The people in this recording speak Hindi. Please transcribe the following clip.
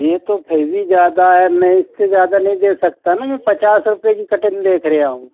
यह तो फिर भी ज़्यादा है मैं इससे ज़्यादा नहीं दे सकता ना कि पचास रुपये की कटिंग देख रहा हूँ